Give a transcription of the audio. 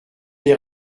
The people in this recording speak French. les